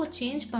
change